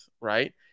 right